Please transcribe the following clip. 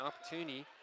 opportunity